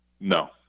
No